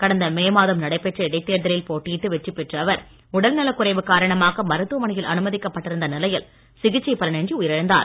கடந்த மே மாதம் நடைபெற்ற இடைத் தேர்தலில் போட்டியிட்டு வெற்றி பெற்ற அவர் உடல் நலக் குறைவு காரணமாக மருத்துவமனையில் அனுமதிக்கப் பட்டிருந்த நிலையில் சிகிச்சை பலனின்றி உயிரிழந்தார்